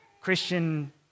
Christian